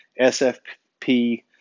SFP